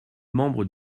membres